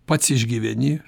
pats išgyveni